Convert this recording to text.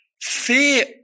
fear